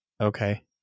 Okay